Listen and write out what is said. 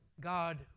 God